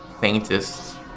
faintest